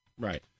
Right